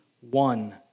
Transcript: one